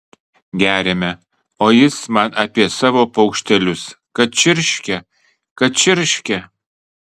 geriame o jis man apie savo paukštelius kad čirškia kad čirškia